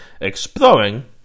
exploring